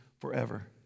forever